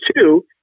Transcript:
two